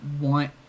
want